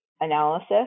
analysis